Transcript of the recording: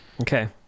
okay